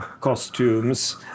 costumes